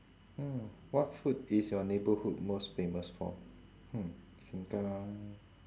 mm what food is your neighbourhood most famous for hmm seng kang